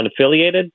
unaffiliated